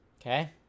Okay